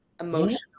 emotional